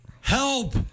Help